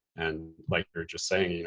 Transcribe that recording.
and like you're just saying,